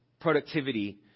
productivity